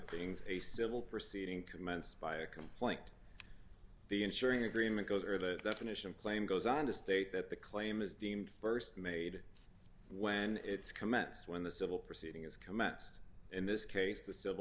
things a civil proceeding commenced by a complaint the ensuring agreement goes or the definition of claim goes on to state that the claim is deemed st made when it's commence when the civil proceeding is commenced in this case the civil